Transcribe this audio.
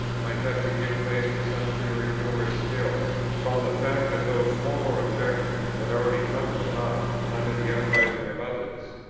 might have to give place to some theory newer still, from the fact that those former objections had already come to nought under the uprising of others.